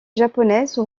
japonaise